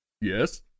Yes